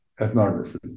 ethnography